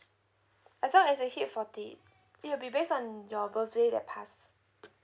as long as you hit forty it'll be based on your birthday that pass